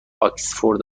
آکسفورد